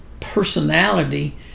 personality